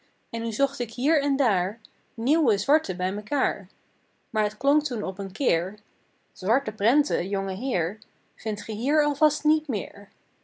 en nu zocht ik hier en daar nieuwe zwarte bij mekaêr maar het klonk toen op een keer zwarte prenten jongeheer vindt ge hier alvast niet meer